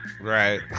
Right